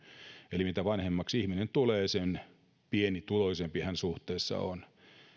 eli mitä vanhemmaksi ihminen tulee sen pienituloisempi hän suhteessa on